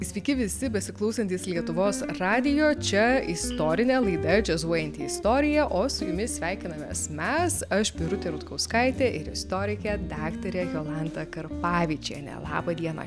sveiki visi besiklausantys lietuvos radijo čia istorinė laida džiazuojanti istorija o su jumis sveikinamės mes aš birutė rutkauskaitė ir istorikė daktarė jolanta karpavičienė laba diena